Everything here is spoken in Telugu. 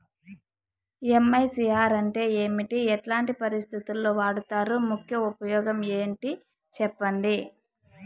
ఎమ్.ఐ.సి.ఆర్ అంటే ఏమి? ఎట్లాంటి పరిస్థితుల్లో వాడుతారు? ముఖ్య ఉపయోగం ఏంటి సెప్పండి?